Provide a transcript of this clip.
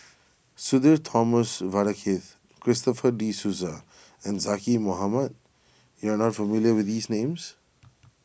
Sudhir Thomas Vadaketh Christopher De Souza and Zaqy Mohamad you are not familiar with these names